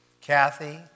Kathy